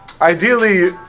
ideally